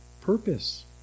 purpose